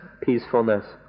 peacefulness